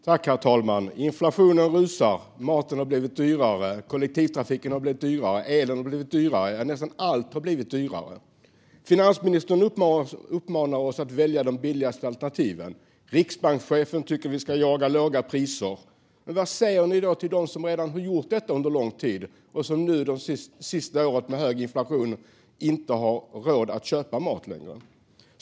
Herr talman! Inflationen rusar, maten har blivit dyrare, kollektivtrafiken har blivit dyrare, elen har blivit dyrare - ja, nästan allt har blivit dyrare. Finansministern uppmanar oss att välja de billigaste alternativen. Riksbankschefen tycker att vi ska jaga låga priser. Men vad säger ni då till dem som redan har gjort detta under lång tid och som under det senaste året med hög inflation inte har råd att köpa mat längre?